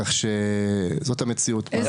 כך שזו המציאות.